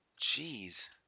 Jeez